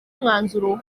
umwanzuro